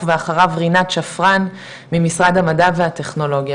ואחריו רינת שפרן ממשרד המדע והטכנולוגיה,